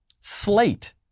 Slate